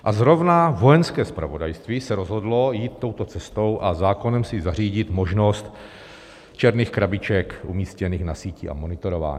A zrovna Vojenské zpravodajství se rozhodlo jít touto cestou a zákonem si zařídit možnost černých krabiček umístěných na síti a monitorování.